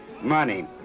Money